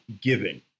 giving